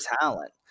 talent